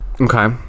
okay